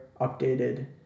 updated